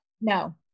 No